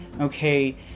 Okay